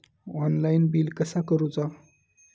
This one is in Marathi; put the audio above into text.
ऑनलाइन बिल कसा करुचा?